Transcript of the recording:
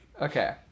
Okay